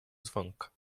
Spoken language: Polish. dzwonka